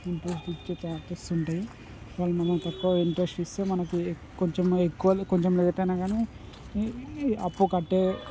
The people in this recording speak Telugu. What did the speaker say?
ఇంట్రెస్ట్ ఇచ్చే ఛాన్సెస్ ఉంటాయి వాళ్ళు మనకు తక్కువ ఇంట్రెస్ట్ ఇస్తే మనకు కొంచెం ఎక్కువనే కొంచెం లేట్ అయినా కానీ అప్పు కట్టే